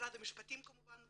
משרד המשפטים, כמובן.